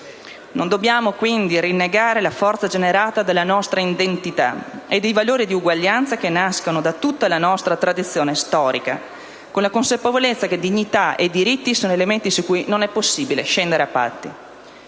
Non dobbiamo rinnegare la forza generata dalla nostra identità e dai valori di eguaglianza che nascono da tutta la nostra tradizione storica, con la consapevolezza che dignità e diritti sono elementi su cui non è possibile scendere a patti.